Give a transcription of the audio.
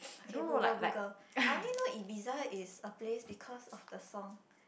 okay Google Google I only know Ibiza is a place because of the song